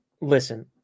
Listen